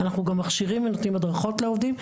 אנחנו גם מכשירים ונותנים הדרכות לעובדים.